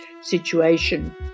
situation